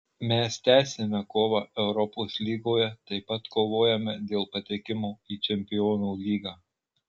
mes tęsiame kovą europos lygoje taip pat kovojame dėl patekimo į čempionų lygą